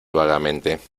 vagamente